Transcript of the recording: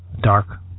Dark